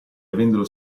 avendolo